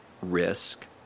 Risk